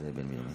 זאב בן בנימין.